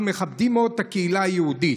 אנחנו מכבדים מאוד את הקהילה היהודית.